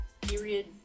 Period